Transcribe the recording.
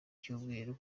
cyumweru